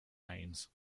names